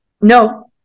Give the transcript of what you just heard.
No